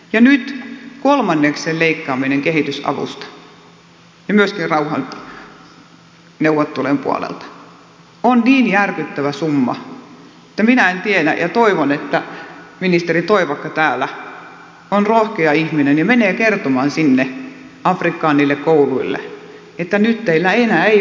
ja nyt kolmanneksen leikkaaminen kehitysavusta ja myöskin rauhanneuvottelujen puolelta on niin järkyttävä summa että minä en tiedä ja toivon että ministeri toivakka täällä on rohkea ihminen ja menee kertomaan sinne afrikkaan niille kouluille että nyt teillä enää ei ole opettajia